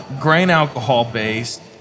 grain-alcohol-based